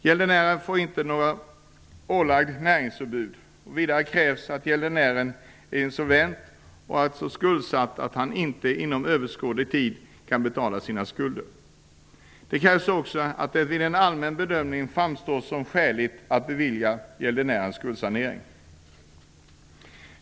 Gäldenären får inte vara ålagd näringsförbud. Vidare krävs det att gäldenären är insolvent och så skuldsatt att han inte inom överskådlig tid kan betala sina skulder. Det krävs också att det vid en allmän bedömning framstår som skäligt att bevilja gäldenären skuldsanering.